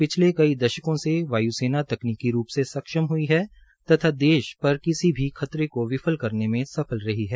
पिछले कई दशकों से वाय्सेना तकनीकी रूप् से सक्षम हई है तथा देश पर किसी भी खतरे को विफल करने में सफल रही है